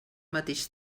mateix